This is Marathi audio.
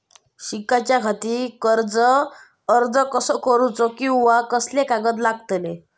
शिकाच्याखाती कर्ज अर्ज कसो करुचो कीवा कसले कागद लागतले?